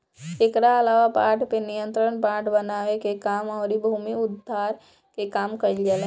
एकरा अलावा बाढ़ पे नियंत्रण, बांध बनावे के काम अउरी भूमि उद्धार के काम कईल जाला